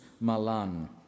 Malan